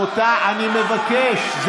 שקט, רבותיי, אני מבקש.